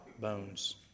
bones